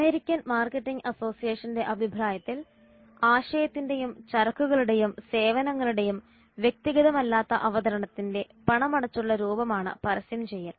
American marketing അസോസിയേഷന്റെ അഭിപ്രായത്തിൽ ആശയത്തിന്റെയും ചരക്കുകളുടെയും സേവനങ്ങളുടെയും വ്യക്തിഗതമല്ലാത്ത അവതരണത്തിന്റെ പണമടച്ചുള്ള രൂപമാണ് പരസ്യംചെയ്യൽ